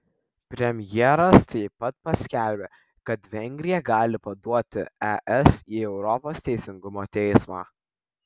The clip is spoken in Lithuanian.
premjeras taip pat paskelbė kad vengrija gali paduoti es į europos teisingumo teismą